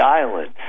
island